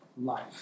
life